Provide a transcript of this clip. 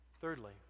Thirdly